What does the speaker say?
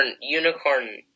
Unicorn